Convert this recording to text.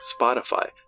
Spotify